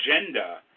agenda